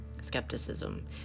skepticism